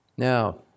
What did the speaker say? Now